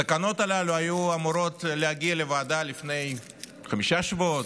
התקנות הללו היו אמורות להגיע לוועדה לפני חמישה שבועות,